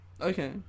Okay